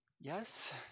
Yes